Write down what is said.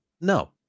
No